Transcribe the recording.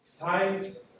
times